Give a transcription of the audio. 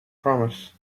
promise